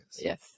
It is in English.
Yes